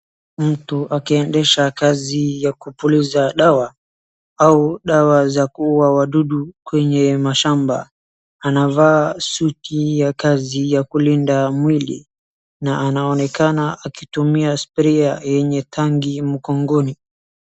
Mtu akiendesha kazi ya kupuliza dawa, au dawa za kuuwa wadudu kwenye mashamba. Anavaa suti ya kazi ya kulinda mwili na anaonekana akitumia cs[sprayer]cs yenye tanki mgongoni.